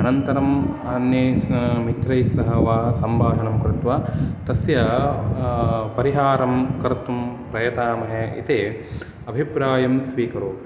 अनन्तरम् अन्यैः सह मित्रैः सह वा सम्भाषणं कृत्वा तस्य परिहारं कर्तुं प्रयतामहे इति अभिप्रायं स्वीकरोमि